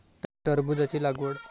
टरबूजाची लागवड कोनत्या हंगामात कराव?